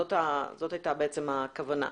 זאת הייתה הכוונה.